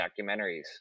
documentaries